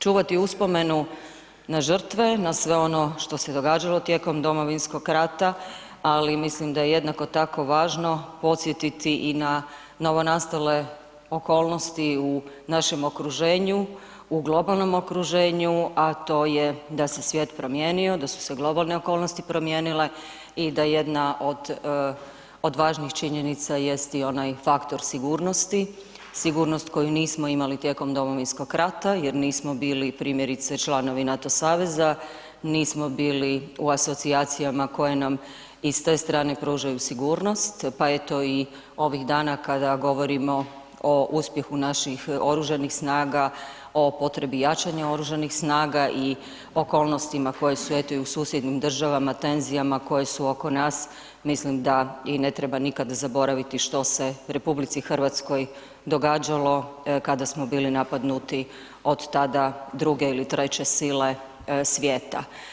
Čuvati uspomenu na žrtve, na sve ono što se događalo tijekom Domovinskog rata, ali mislim da je jednako tako važno podsjetiti i na novonastale okolnosti u našem okruženju, u globalnom okruženju, a to je da se svijet promijenio, da su se globalne okolnosti promijenile i da jedna od važnih činjenica jest i onaj faktor sigurnosti, sigurnost koju nismo imali tijekom Domovinskog rata jer nismo bili primjerice članovi NATO saveza, nismo bili u asocijacijama koje nam i s te strane pružaju sigurnost, pa eto i ovih dana kada govorimo o uspjehu naših oružanih snaga, o potrebi jačanja oružanih snaga i okolnostima koje su eto i u susjednim državama, tenzijama koje su oko nas, mislim da i ne treba nikad zaboraviti što se RH događalo kada smo bili napadnuti od tada druge ili treće sile svijeta.